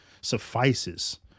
suffices